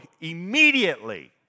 immediately